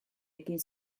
ekin